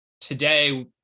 today